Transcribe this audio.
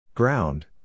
Ground